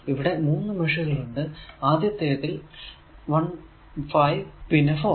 ഇവിടെ 3 മേഷുകൾ ഉണ്ട് ആദ്യത്തേതിൽ 1 5 പിന്നെ 4